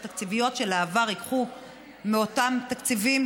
התקציביות של העבר ייקחו מאותם תקציבים,